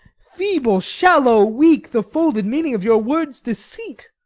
feeble, shallow, weak, the folded meaning of your words' deceit.